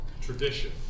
tradition